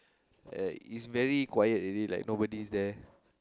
uh it's very quiet already like nobody's there